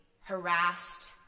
harassed